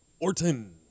Orton